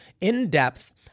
in-depth